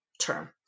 term